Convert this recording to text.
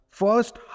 first